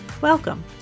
Welcome